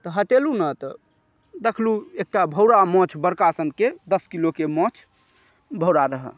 तऽ हटेलहुॅं ने तऽ देखलहुॅं एकटा भौरा माछ बड़का सनके दस किलोके माछ भौरा रहय